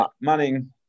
Manning